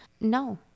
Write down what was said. no